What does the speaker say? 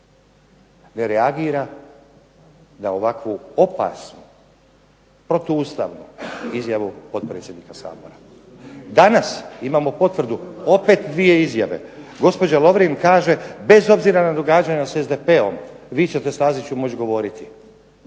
ne reagira na ovakvu opasnu protuustavnu izjavu potpredsjednika Sabora. Danas imamo potvrdu opet dvije izjave. Gospođa Lovrin Kaže bez obzira na događanja sa SDP-om vi ćete Staziću moći govoriti.